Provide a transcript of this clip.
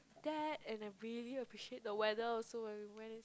that and I really appreciate the weather also when we went